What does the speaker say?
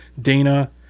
Dana